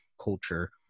culture